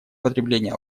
потребления